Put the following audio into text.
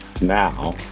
Now